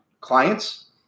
clients